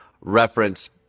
reference